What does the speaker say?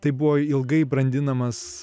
tai buvo ilgai brandinamas